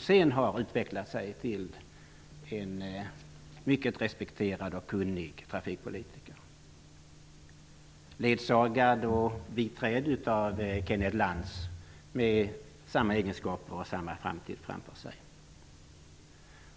Sedan har han utvecklats till en mycket respekterad och kunnig trafikpolitiker, biträdd och ledsagad av Kenneth Lantz som har samma egenskaper och samma framtid framför sig.